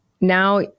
Now